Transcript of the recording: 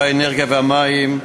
האנרגיה והמים.